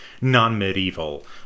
non-medieval